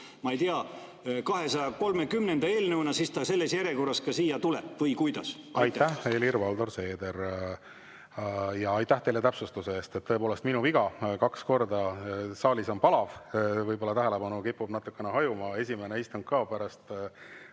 ma ei tea, 230. eelnõuna, siis see selles järjekorras ka siia tuleb, või kuidas? Aitäh, Helir‑Valdor Seeder! Aitäh teile täpsustuse eest! Tõepoolest, minu viga – kaks korda. Saalis on palav, võib‑olla tähelepanu kipub natuke hajuma, esimene istung ka pärast